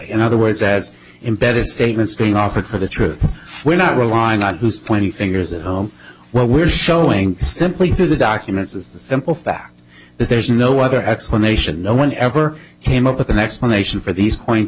in other words as embedded statements being offered for the truth we're not relying on whose twenty fingers at home what we're showing simply through the documents is the simple fact that there's no other explanation no one ever came up with an explanation for these point